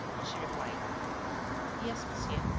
she replied yes, monsieur.